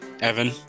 Evan